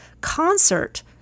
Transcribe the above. concert